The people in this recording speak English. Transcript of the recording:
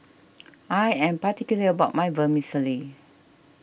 I am particular about my Vermicelli